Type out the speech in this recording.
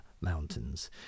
mountains